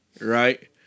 right